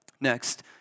Next